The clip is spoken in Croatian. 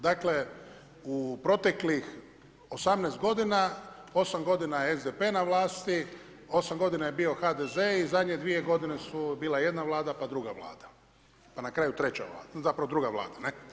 Dakle, u proteklih 18 godina, 8 godina je SDP-e na vlasti, 8 godina je bio HDZ-e i zadnje dvije godine su bila jedna Vlada, pa druga Vlada, pa na kraju treća Vlada, zapravo druga Vlada.